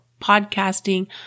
podcasting